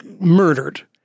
murdered